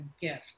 gift